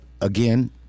again